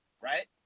right